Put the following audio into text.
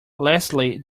lastly